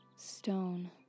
stone